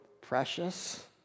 precious